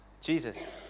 Jesus